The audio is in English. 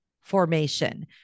formation